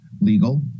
legal